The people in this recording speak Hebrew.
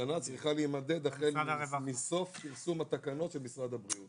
השנה צריכה להימדד מסוף פרסום התקנות של משרד הבריאות.